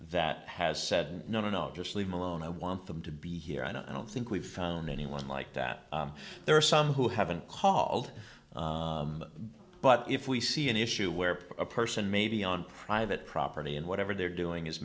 that has said no no no just leave him alone i want them to be here and i don't think we've found anyone like that there are some who haven't called but if we see an issue where a person may be on private property and whatever they're doing is